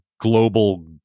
global